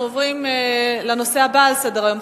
אנחנו עוברים לנושא הבא על סדר-היום,